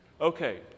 Okay